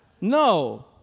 No